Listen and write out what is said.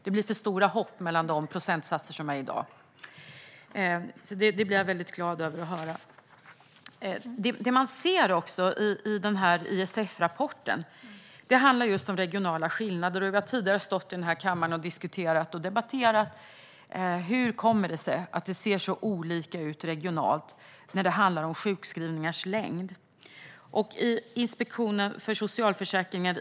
Det blir för stora hopp mellan de procentsatser som är i dag. Därför blir jag väldigt glad över att höra detta. Det man också ser i ISF-rapporten är också de regionala skillnaderna. Vi har tidigare stått här i kammaren och diskuterat och debatterat hur det kommer sig att sjukskrivningars längd är så olika i olika regioner.